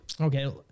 Okay